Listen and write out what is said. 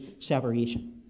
separation